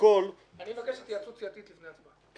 אנחנו נעשה הפסקה.